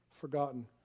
forgotten